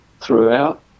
throughout